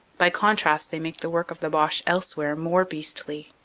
by contrast they make the work of the boche else where more beastly.